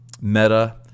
Meta